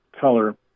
color